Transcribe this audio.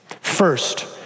First